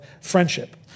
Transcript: friendship